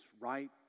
right